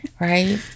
Right